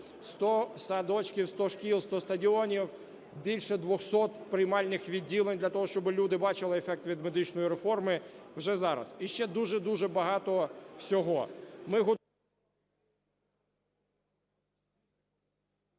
100 садочків, 100 шкіл, 100 стадіонів, більше 200 приймальних відділень для того, щоб люди бачили ефект від медичної реформи вже зараз. І ще дуже-дуже багато всього.